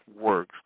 works